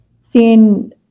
seeing